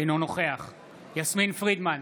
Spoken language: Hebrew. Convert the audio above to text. אינו נוכח יסמין פרידמן,